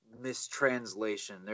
Mistranslation